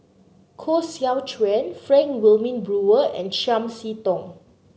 Koh Seow Chuan Frank Wilmin Brewer and Chiam See Tong